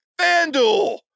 FanDuel